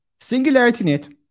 SingularityNet